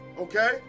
okay